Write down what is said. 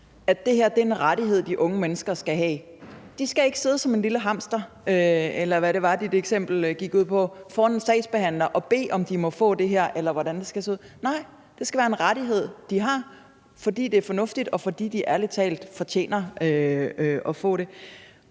at det her er en rettighed, de unge mennesker skal have. De skal ikke sidde som en lille hamster, eller hvad det var, dit eksempel gik på, foran en sagsbehandler og bede om at få det her, eller hvordan det skal se ud. Nej, det skal være en rettighed, de har, fordi det er fornuftigt, og fordi de ærlig talt fortjener at få det.